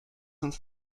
uns